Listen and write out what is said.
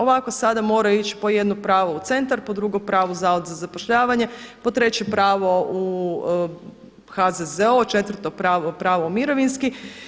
Ovako sada moraju ići po jedno pravo u centar, po drugo pravo u Zavod za zapošljavanje, po treće pravo u HZZO, četvrto pravo - pravo mirovinski.